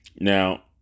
Now